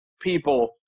People